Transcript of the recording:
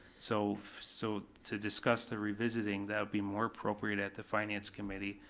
so so to discuss the revisiting, that would be more appropriate at the finance committee,